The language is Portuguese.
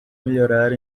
melhorar